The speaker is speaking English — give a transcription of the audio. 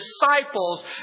disciples